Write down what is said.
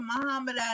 Muhammad